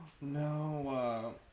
No